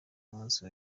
umunsi